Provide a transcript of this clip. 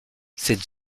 cette